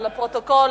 אבל לפרוטוקול,